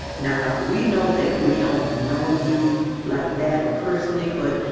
now we know that we don't know you like that or personally but